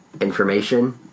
information